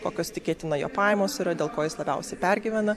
kokios tikėtina jo pajamos yra dėl ko jis labiausiai pergyvena